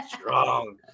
Strong